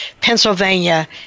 Pennsylvania